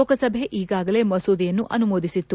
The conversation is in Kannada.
ಲೋಕಸಭೆ ಈಗಾಗಲೇ ಮಸೂದೆಯನ್ನು ಅನುಮೋದಿಸಿತ್ತು